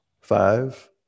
Five